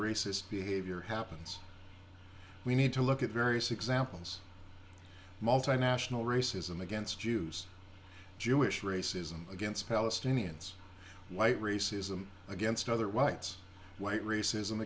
racist behavior happens we need to look at various examples multinational racism against jews jewish racism against palestinians white racism against other whites white racism